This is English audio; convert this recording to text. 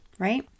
right